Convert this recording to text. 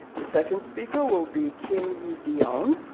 the second speaker will be kim yi dionne,